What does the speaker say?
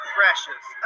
Precious